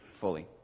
fully